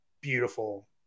beautiful